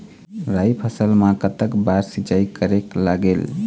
राई फसल मा कतक बार सिचाई करेक लागेल?